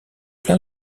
plein